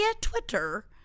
Twitter